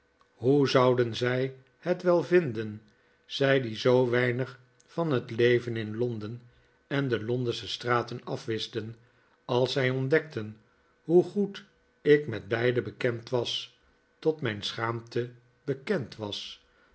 hoe zouden zij het wel vinden zij die zoo weinig van het leven in londen en de londensche straten afwisten als zij ontdekten hoe goed ik met beide bekend was tot mijn schaamte bekend was